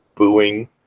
Booing